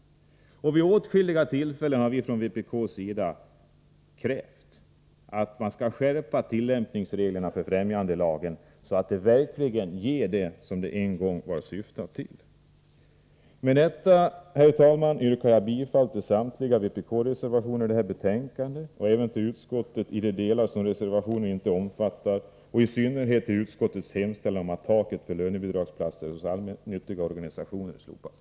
Vi har från vpk vid åtskilliga tillfällen krävt att man skall skärpa tillämpningsreglerna vad avser främjandelagen, så att den verkligen leder till det den en gång syftade till. Med detta, herr talman, yrkar jag bifall till samtliga vpk-reservationer i detta betänkande och till utskottets hemställan i de delar som reservationerna inte omfattar — i synnerhet till utskottets hemställan att taket för lönebidragsplatser hos allmännyttiga organisationer slopas.